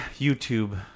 YouTube